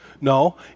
No